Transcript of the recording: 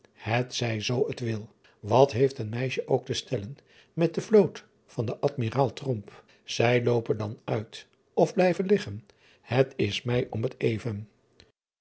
het zij zoo het wil wat heeft een meisje ook te stellen met de vloot van den dmiraal ij loope dan uit of blijve liggen het is mij om het even